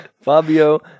Fabio